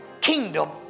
kingdom